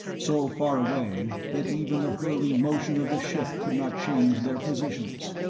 so far away that even the hurling motion of the ship could not change their positions.